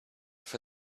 for